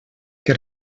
que